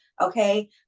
okay